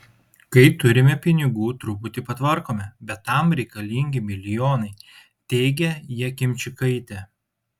kai turime pinigų truputį patvarkome bet tam reikalingi milijonai teigia jakimčikaitė